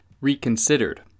Reconsidered